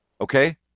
okay